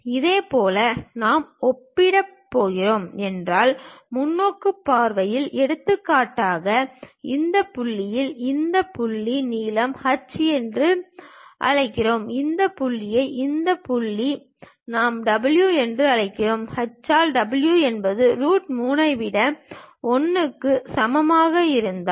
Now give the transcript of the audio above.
இதேபோல் நாம் ஒப்பிடப் போகிறோம் என்றால் முன்னோக்கு பார்வைகளில் எடுத்துக்காட்டாக இந்த புள்ளியின் இந்த புள்ளி நீளம் h என்று அழைப்போம் இந்த புள்ளியை இந்த புள்ளியை நாம் w என்று அழைப்போம் h ஆல் w என்பது ரூட் 3 ஐ விட 1 க்கு சமமாக இருந்தால்